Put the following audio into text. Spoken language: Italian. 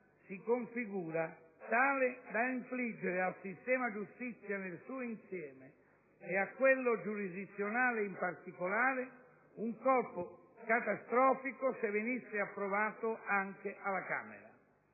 si configura tale da infliggere al sistema giustizia nel suo insieme e a quello giurisdizionale in particolare un colpo catastrofico se venisse approvato anche alla Camera.